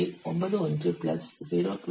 91 plus 0